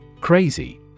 Crazy